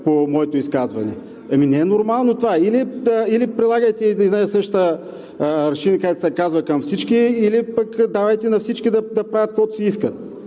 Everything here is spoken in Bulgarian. по моето изказване. Не е нормално това. Или прилагайте един и същи аршин, както се казва, към всички, или пък давайте на всички да правят каквото си искат.